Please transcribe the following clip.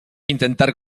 intentar